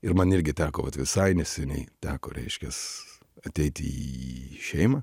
ir man irgi teko vat visai neseniai teko reiškias ateiti į šeimą